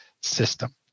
system